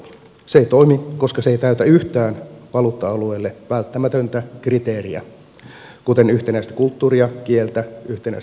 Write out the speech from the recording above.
se ei toimi koska se ei täytä yhtään valuutta alueelle välttämätöntä kriteeriä kuten yhtenäistä kulttuuria kieltä yhtenäistä talouspolitiikkaa